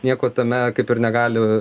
nieko tame kaip ir negali